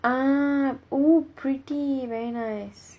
ah oh pretty very nice